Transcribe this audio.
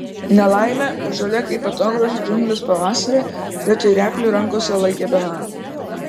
nelaimė žalia kaip atogrąžų džiunglės pavasarį vietoj replių rankose laikė bananą